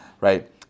Right